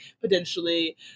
potentially